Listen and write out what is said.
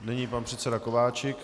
Nyní pan předseda Kováčik.